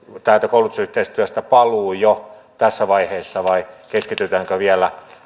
koulutusyhteistyöstä paluu jo tässä vaiheessa vai keskitytäänkö vielä